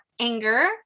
anger